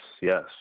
yes